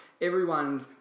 everyone's